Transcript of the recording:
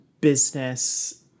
business